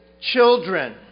children